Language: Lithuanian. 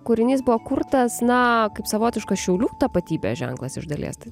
kūrinys buvo kurtas na kaip savotiškas šiaulių tapatybės ženklas iš dalies tai